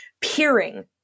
Peering